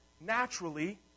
naturally